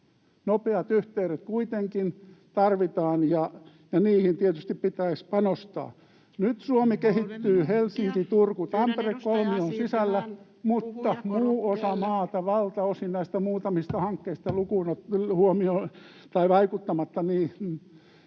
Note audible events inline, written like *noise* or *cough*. nopeat yhteydet kuitenkin tarvitaan, ja niihin tietysti pitäisi panostaa. Nyt Suomi kehittyy... ...Helsinki—Turku—Tampere-kolmion sisällä, mutta muu osa maata valtaosin näistä muutamista hankkeista huolimatta *noise* taantuu